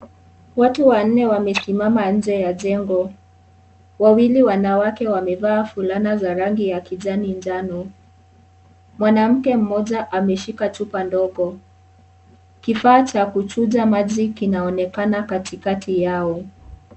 Watu wanne wamesimama nje ya jengo. Wawili wanawake wamevaa fulana za rangi ya kijani njano. Mwanamke mmoja ameshika chupa ndogo. Kifaa cha kuchuja maji kinaonekana katikati yao.